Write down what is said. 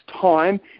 time